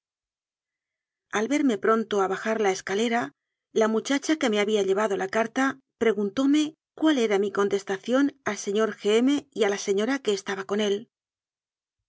al verme pronto a bajar la escalera la mucha cha que me había llevado la carta preguntóme cuál era mi contestación al señor g m y a la señora que estaba con él